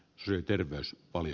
eli terveys oli